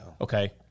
Okay